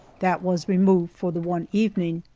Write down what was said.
that was removed for the one evening.